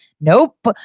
Nope